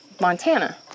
Montana